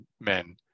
men